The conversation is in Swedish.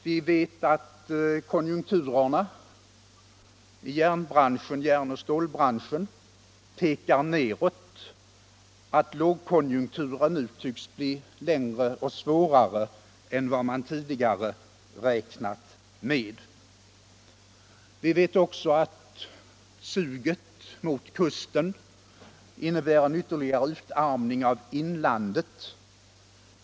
Vi vet att konjunkturerna i järnoch stålbranschen pekar nedåt, att lågkonjunkturen nu tycks bli längre och svårare än vad man tidigare förutsett. Vi vet också att suget mot kusten innebär en ytterligare utarmning av inlandet.